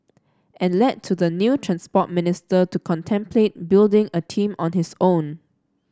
and led to the new Transport Minister to contemplate building a team on his own